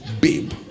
Babe